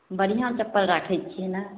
बढ़िआँ चप्पल राखै छियै ने